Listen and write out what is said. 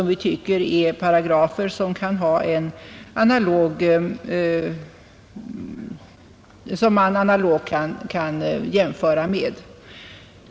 Vi tycker att det är paragrafer som man analogt kan jämföra med.